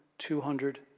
two hundred,